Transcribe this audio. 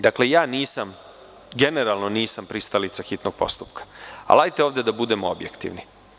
Dakle ja nisam, generalno nisam pristalica hitnog postupka, ali hajde da ovde budemo objektivni.